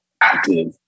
active